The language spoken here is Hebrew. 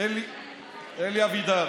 אלי אבידר,